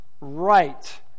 right